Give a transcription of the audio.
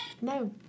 No